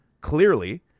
clearly